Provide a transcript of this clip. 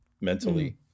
mentally